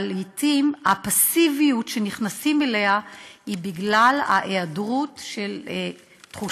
אבל לעתים הפסיביות שנכנסים אליה היא בגלל היעדר תחושה